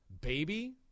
baby